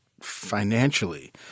financially